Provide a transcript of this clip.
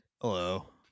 Hello